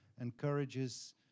encourages